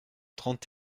trente